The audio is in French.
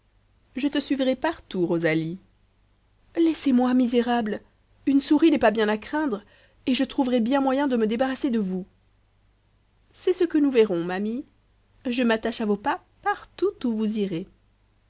je te suivrai partout rosalie laissez-moi misérable une souris n'est pas bien à craindre et je trouverai bien moyen de me débarrasser de vous c'est ce que nous verrons ma mie je m'attache à vos pas partout où vous irez